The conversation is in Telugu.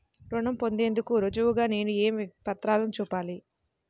రుణం పొందేందుకు రుజువుగా నేను ఏ పత్రాలను చూపాలి?